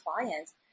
clients